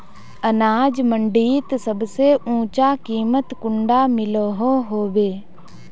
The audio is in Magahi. अनाज मंडीत सबसे ऊँचा कीमत कुंडा मिलोहो होबे?